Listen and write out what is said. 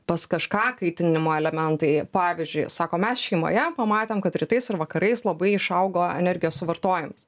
pas kažką kaitinimo elementai pavyzdžiui sako mes šeimoje pamatėm kad rytais ir vakarais labai išaugo energijos suvartojimas